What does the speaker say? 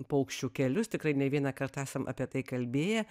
paukščių kelius tikrai ne vieną kartą esam apie tai kalbėję